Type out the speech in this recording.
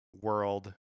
World